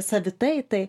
savitai tai